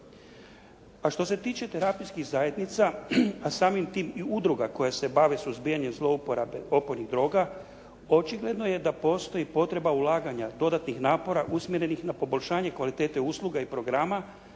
A što se tiče terapijskih zajednica, a samim tim i udruga koje se bave suzbijanjem zlouporabe opojnih droga, očigledno je da postoji potreba ulaganja dodatnih napora usmjerenih na poboljšanje kvalitete usluga i programa,